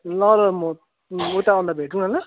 ल ल म उता आउँदा भेटौँ न ल